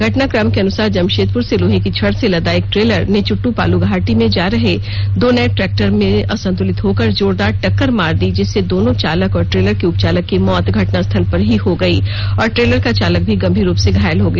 घटनाक्रम के अनुसार जमशेदपुर से लोहे की छड़ से लदा एक ट्रेलर ने चुट्ट पाल घाटी में जा रहे दो नए ट्रैक्टर में असंतुलित होकर जोरदार टक्कर मार दी जिससे दोनों चालक तथा ट्रेलर के उप चालक की मौत घटनास्थल पर ही हो गई और ट्रेलर का चालक गंभीर रूप से घायल हो गया